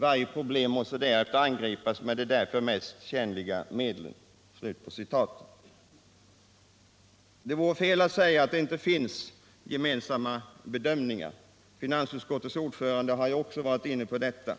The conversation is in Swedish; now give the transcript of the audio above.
Varje problem måste därefter angripas med de därför mest tjänliga medlen.” Det vore fel att säga att det inte finns gemensamma bedömningar — finansutskottets ordförande har förut varit inne på detta